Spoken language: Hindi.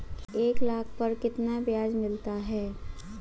एक लाख पर कितना ब्याज मिलता है?